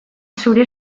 zure